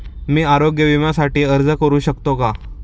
मी आरोग्य विम्यासाठी अर्ज करू शकतो का?